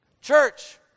Church